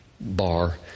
bar